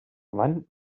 wann